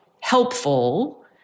helpful